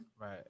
Right